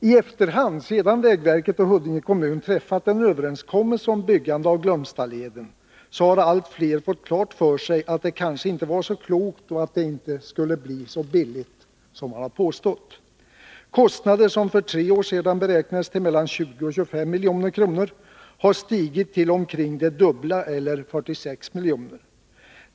I efterhand, sedan vägverket och Huddinge kommun träffat en överenskommelse om byggande av Glömstaleden, har allt flera fått klart för sig att beslutet kanske inte var så klokt och att leden inte skulle bli så billig som man har påstått. Kostnaderna, som för tre år sedan beräknades till mellan 20 och 25 milj.kr., har stigit till omkring det dubbla, eller 46 milj.kr.